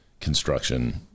construction